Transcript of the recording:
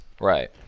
Right